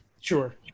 sure